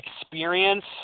experience